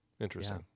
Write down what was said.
interesting